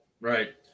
Right